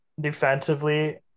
Defensively